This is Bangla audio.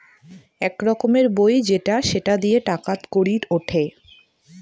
এক রকমের বই সেটা দিয়ে টাকা কড়ি উঠে